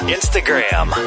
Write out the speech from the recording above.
Instagram